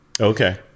Okay